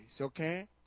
okay